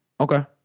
Okay